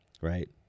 right